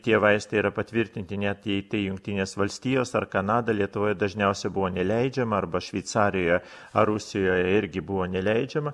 tie vaistai yra patvirtinti net jei jungtinės valstijos ar kanada lietuvoje dažniausiai buvo neleidžiama arba šveicarijoje ar rusijoje irgi buvo neleidžiama